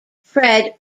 fred